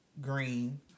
green